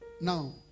Now